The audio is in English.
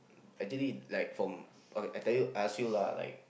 actually like from okay I tell you I ask you lah like